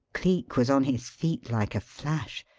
cleek was on his feet like a flash.